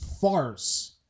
farce